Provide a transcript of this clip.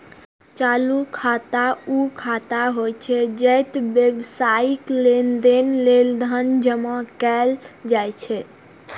चालू खाता ऊ खाता होइ छै, जतय व्यावसायिक लेनदेन लेल धन जमा कैल जाइ छै